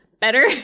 better